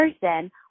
person